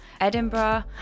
Edinburgh